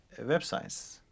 websites